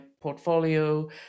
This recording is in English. portfolio